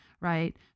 right